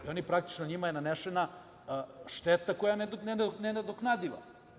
Praktično, njima je nanešena šteta koja je nenadoknadiva.